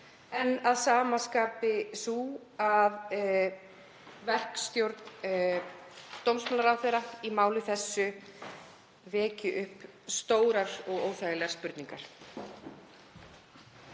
er mat okkar það að verkstjórn dómsmálaráðherra í máli þessu veki upp stórar og óþægilegar spurningar.